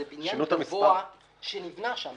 זה בניין גבוה שנבנה שם.